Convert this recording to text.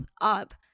up